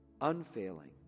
unfailing